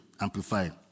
Amplified